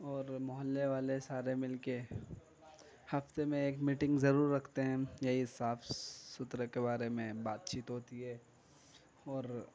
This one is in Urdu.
اور محلے والے سارے مل کے ہفتے میں ایک میٹنگ ضرور رکھتے ہیں یہی صاف ستھرے کے بارے میں بات چیت ہوتی ہے اور